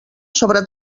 sobre